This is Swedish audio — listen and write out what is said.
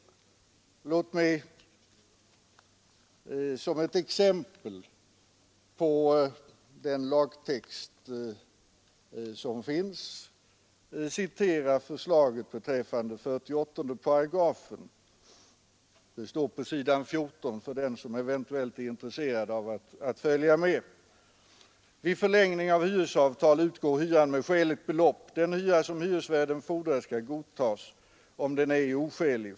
Låt mig såsom ett exempel på den lagtext som föreslås citera förslaget beträffande 48 §. Det står på s. 14 i betänkandet för den som eventuellt är intresserad av att följa med.